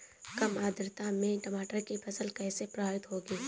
कम आर्द्रता में टमाटर की फसल कैसे प्रभावित होगी?